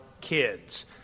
kids